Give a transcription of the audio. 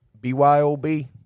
B-Y-O-B